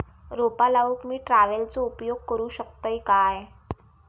रोपा लाऊक मी ट्रावेलचो उपयोग करू शकतय काय?